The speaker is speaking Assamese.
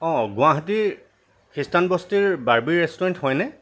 অ' গুৱাহাটীৰ খ্ৰীষ্টানবস্তিৰ বাৰ্বী ৰেষ্টোৰেণ্ট হয়নে